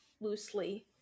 loosely